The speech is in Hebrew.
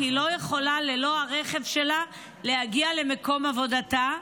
כי ללא הרכב שלה היא לא יכולה להגיע למקום עבודתה,